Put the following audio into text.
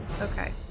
Okay